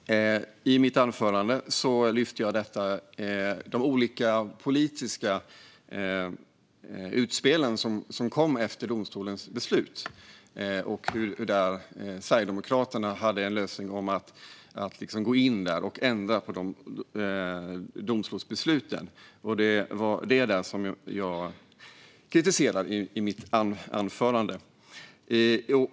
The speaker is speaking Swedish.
Herr talman! I mitt anförande lyfte jag fram de olika politiska utspelen efter domstolens beslut och att Sverigedemokraternas lösning var att gå in och ändra detta beslut. Det var det jag kritiserade.